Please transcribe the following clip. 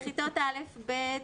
בכיתות א', ב',